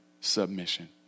submission